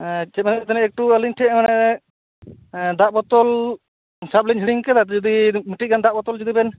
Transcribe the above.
ᱪᱮᱫ ᱢᱮᱱᱮᱫ ᱛᱟᱦᱮᱱᱟᱹᱧ ᱮᱠᱴᱩ ᱟᱹᱞᱤᱧ ᱴᱷᱮᱱ ᱢᱟᱱᱮ ᱫᱟᱜ ᱵᱳᱛᱳᱞ ᱥᱟᱵ ᱞᱤᱧ ᱦᱤᱲᱤᱧ ᱟᱠᱟᱫᱟ ᱟᱫᱚ ᱡᱩᱫᱤ ᱢᱤᱫᱴᱤᱡ ᱜᱟᱱ ᱫᱟᱜ ᱵᱳᱛᱳᱞ ᱡᱩᱫᱤ ᱵᱮᱱ